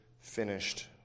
finished